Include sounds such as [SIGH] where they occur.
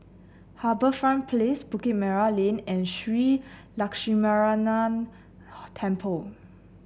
HarbourFront Place Bukit Merah Lane and Shree Lakshminarayanan [UNINTELLIGIBLE] Temple